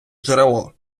джерело